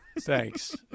Thanks